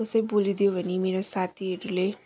कसै बोलिदियो भने मेरो साथीहरूले